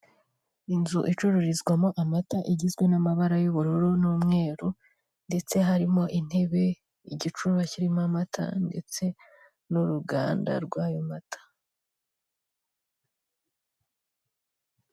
Inzu icururizwamwo amata, igizwe n'amabara y'ubururu n'umweru ndetse harimo intebe, igicuma kirimo amata ndetse n'uruganda rw'ayo mata.